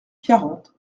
quarante